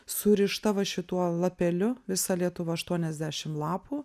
surišta va šituo lapeliu visa lietuva aštuoniasdešim lapų